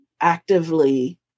actively